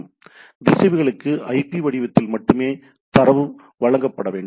எனவே திசைவிகளுக்கு ஐபி வடிவத்தில் மட்டுமே தரவு வழங்கப்பட வேண்டும்